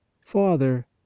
Father